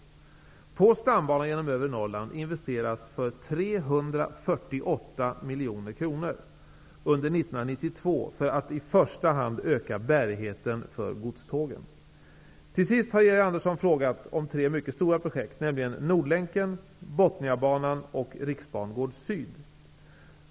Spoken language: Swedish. På stambanan genom övre Norrland investeras för 348 mkr. under 1992 för att i första hand öka bärigheten för godstågen. Till sist har Georg Andersson frågat om tre mycket stora projekt, nämligen Nordlänken, Bottniabanan och Riksbangård syd.